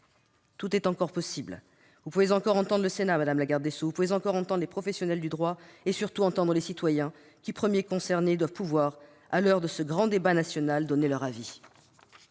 Tout est encore possible, vous pouvez encore entendre le Sénat, madame la garde des sceaux, vous pouvez encore entendre les professionnels du droit et surtout entendre les citoyens. Ce sont eux les premiers concernés et ils doivent pouvoir, à l'heure de ce grand débat national, donner leur avis